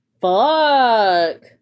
Fuck